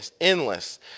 endless